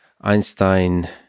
Einstein